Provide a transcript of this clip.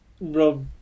Rob